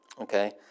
Okay